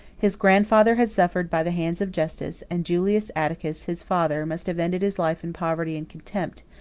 his grandfather had suffered by the hands of justice, and julius atticus, his father, must have ended his life in poverty and contempt,